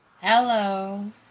Hello